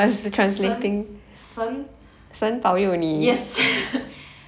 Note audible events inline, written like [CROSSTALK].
神神 yes [LAUGHS]